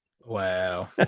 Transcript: Wow